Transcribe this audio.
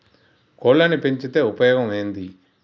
కోళ్లని పెంచితే ఉపయోగం ఏంది?